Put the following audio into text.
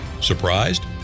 Surprised